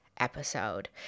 episode